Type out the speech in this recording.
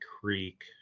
creek